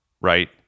right